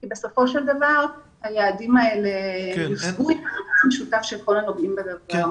כי בסופו של דבר היעדים האלה יושגו במאמץ משותף של כל הנוגעים בדבר.